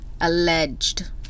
Alleged